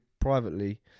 privately